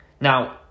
Now